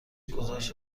گزارش